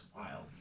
wild